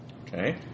okay